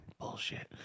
bullshit